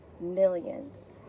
millions